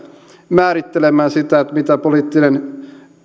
määrittelemään sitä mitä poliittinen